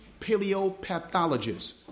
paleopathologists